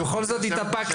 בכל זאת התאפקת.